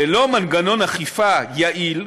ללא מנגנון אכיפה יעיל,